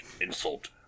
insult